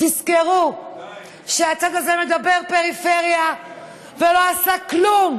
תזכרו שהצד הזה מדבר פריפריה ולא עשה כלום,